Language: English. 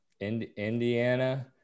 Indiana